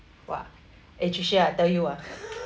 !wah! eh trisha I tell you ah